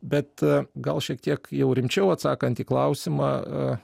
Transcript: bet gal šiek tiek jau rimčiau atsakant į klausimą